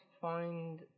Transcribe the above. find